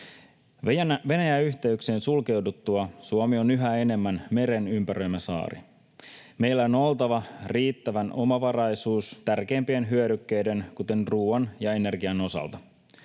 Venäjä-yhteyksien sulkeuduttua Suomi on yhä enemmän meren ympäröimä saari. Meillä on oltava riittävä omavaraisuus tärkeimpien hyödykkeiden, kuten ruuan ja energian, osalta.